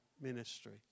ministry